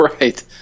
right